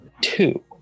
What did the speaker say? two